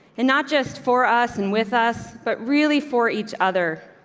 and not just for us and with us. but really for each other.